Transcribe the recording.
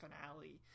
finale